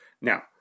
Now